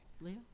Leo